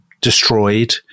destroyed